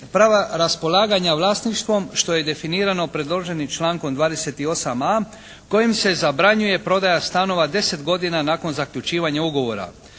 prava raspolaganja vlasništvom što je definirano predloženim člankom 28a. kojim se zabranjuje prodaja stanova 10 godina nakon zaključivanja ugovora.